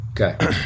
Okay